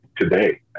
today